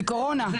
כי קורונה.